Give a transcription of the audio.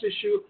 issue